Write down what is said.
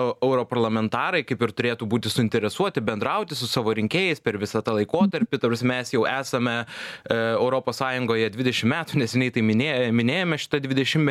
europarlamentarai kaip ir turėtų būti suinteresuoti bendrauti su savo rinkėjais per visą tą laikotarpį ta prasme mes jau esame europos sąjungoje dvidešim metų neseniai tai minėjome šitą dvidešimtmetį